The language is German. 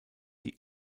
die